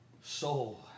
soul